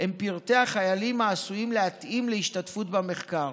הם פרטי החיילים העשויים להתאים להשתתפות במחקר.